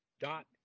dot